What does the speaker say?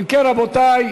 אם כן, רבותי,